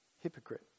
hypocrite